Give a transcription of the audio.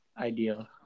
ideal